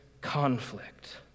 conflict